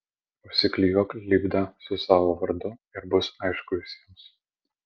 užsiklijuok lipdą su savo vardu ir bus aišku visiems